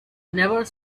never